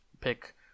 pick